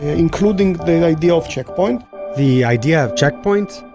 including the idea of check point the idea of check point?